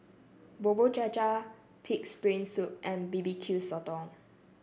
Bubur Cha Cha pig's brain soup and B B Q Sotong